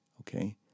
okay